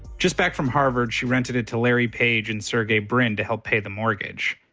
just back from harvard, she rented it to larry page and sergey brin to help pay the mortgage.